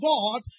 God